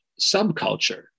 subculture